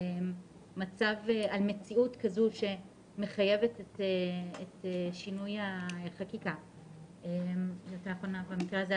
מציאות שמחייבת שינוי חקיקה במקרה הזה,